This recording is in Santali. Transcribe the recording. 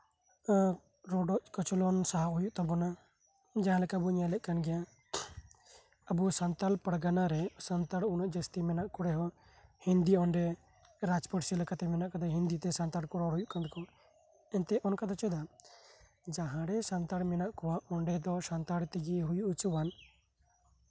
ᱨᱚᱰᱚᱪ ᱠᱚᱪᱞᱚᱱ ᱥᱟᱦᱟᱣ ᱦᱩᱭᱩᱜ ᱛᱟᱵᱳᱱᱟ ᱡᱟᱸᱦᱟ ᱞᱮᱠᱟᱵᱵᱚᱱ ᱧᱮᱞ ᱞᱮᱫ ᱠᱟᱱ ᱜᱮᱭᱟ ᱟᱵᱚ ᱥᱟ ᱶᱛᱟᱞ ᱯᱟᱨᱜᱟᱱᱟᱨᱮ ᱦᱚᱲ ᱡᱟᱹᱥᱛᱤ ᱢᱮᱱᱟᱜ ᱠᱚ ᱨᱮᱦᱚᱸ ᱦᱤᱱᱫᱤ ᱚᱱᱰᱮ ᱨᱟᱡᱽ ᱯᱟᱹᱨᱥᱤ ᱦᱤᱱᱫᱤᱛᱮ ᱚᱱᱰᱮ ᱥᱟᱱᱛᱟᱲᱠᱚ ᱨᱚᱲ ᱦᱩᱭᱩᱜ ᱠᱟᱱ ᱛᱟᱠᱚᱣᱟ ᱠᱤᱱᱛᱩ ᱚᱱᱰᱮ ᱫᱚ ᱡᱟᱸᱦᱟᱨᱮ ᱥᱟᱱᱛᱟᱲ ᱢᱮᱱᱟᱜ ᱠᱚᱣᱟ ᱚᱱᱰᱮ ᱫᱚ ᱥᱟᱱᱛᱟᱲ ᱛᱮᱜᱮ ᱦᱩᱭ ᱦᱚᱪᱚᱣᱟᱱ